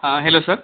हा hello sir